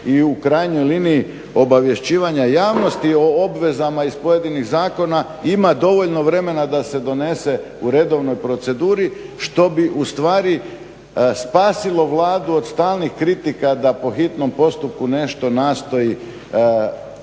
i u krajnjoj liniji obavješćivanja javnosti o obvezama iz pojedinih zakona ima dovoljno vremena da se donese u redovnoj proceduri što bi ustvari spasilo Vladu od stalnih kritika da po hitnom postupku nešto nastoji